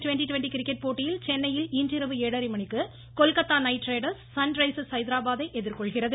twenty twenty cricket போட்டியில் சென்னையில் இன்றிரவு ஏழரை மணிக்கு கொல்கத்தா நைட் ரைடர்ஸ் சன்ரைசர்ஸ் ஹைதராபாத்தை எதிர்கொள்கிறது